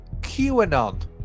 QAnon